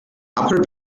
upper